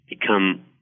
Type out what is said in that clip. become